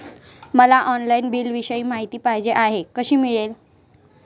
मला ऑनलाईन बिलाविषयी माहिती पाहिजे आहे, कशी मिळेल?